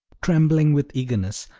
trembling with eagerness,